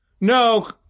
No